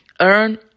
earn